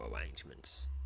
arrangements